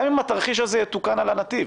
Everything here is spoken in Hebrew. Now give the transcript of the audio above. גם אם התרחיש הזה יתוקן על הנתיב.